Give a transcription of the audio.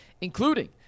including